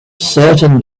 certain